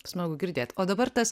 smagu girdėt o dabar tas